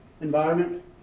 environment